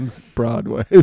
Broadway